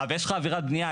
ויש לך עבירת בנייה,